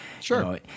sure